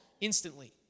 instantly